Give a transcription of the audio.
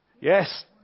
Yes